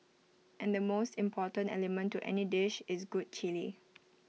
and the most important element to any dish is good Chilli